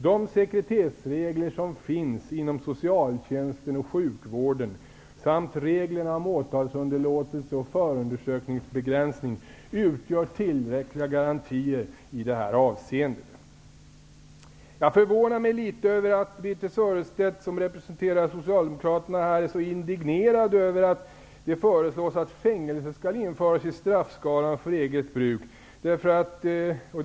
De sekretessregler som finns inom socialtjänsten och sjukvården samt reglerna om åtalsunderlåtelse och förundersökningsbegränsning utgör tillräckliga garantier i det här avseendet. Jag förvånar mig litet över att Birthe Sörestedt, som representerar Socialdemokraterna, är så indignerad över att det föreslås att fängelse skall införas i straffskalan när det gäller eget bruk.